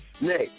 Nick